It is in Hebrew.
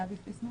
גבי פיסמן.